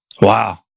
Wow